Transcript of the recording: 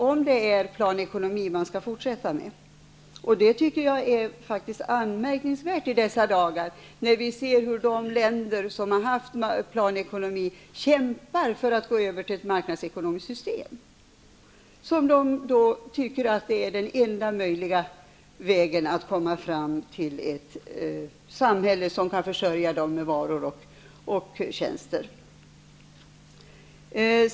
Om det är planekonomi som man skall fortsätta med, tycker jag faktiskt att det i dessa dagar är anmärkningsvärt, när vi ser hur de länder som har haft planekonomi kämpar för att kunna gå över till ett marknadsekonomiskt system. I dessa länder tycker man nu att marknadsekonomi är den enda vägen till ett samhälle som kan försörja dem med varor och tjänster.